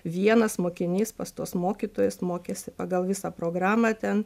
vienas mokinys pas tuos mokytojus mokėsi pagal visą programą ten